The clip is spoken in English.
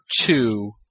two